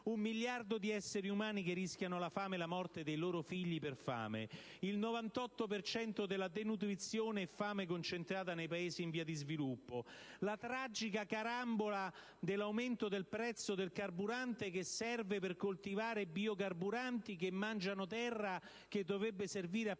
Un miliardo di esseri umani che rischiano la fame e la morte dei loro figli per fame; il 98 per cento della denutrizione e della fame concentrato nei Paesi in via di sviluppo; la tragica carambola dell'aumento del prezzo del carburante che serve per coltivare biocarburanti, che mangiano terra che dovrebbe servire a